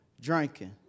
drinking